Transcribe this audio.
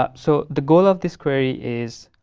ah so, the goal of this query is,